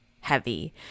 heavy